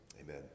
amen